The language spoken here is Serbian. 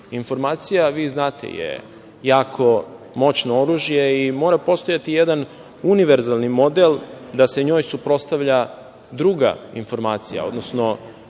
informacija, vi znate, je jako moćno oružje i mora postojati jedan univerzalni model da se njoj suprotstavlja druga informacija, odnosno